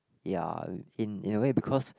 ya in in a way because